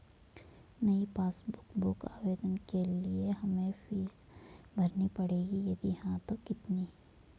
नयी passbook book आवेदन के लिए क्या हमें फीस भरनी पड़ेगी यदि हाँ तो कितनी?